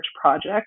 project